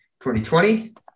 2020